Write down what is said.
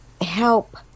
help